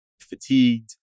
fatigued